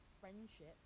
friendship